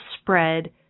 spread